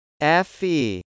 Fe